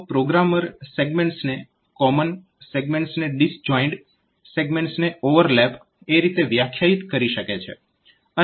તો પ્રોગ્રામર સેગમેન્ટ્સને કોમન સેગમેન્ટ્સને ડિસજોઇન્ડ સેગમેન્ટ્સને ઓવરલેપ એ રીતે વ્યાખ્યાયિત કરી શકે છે